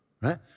right